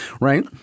Right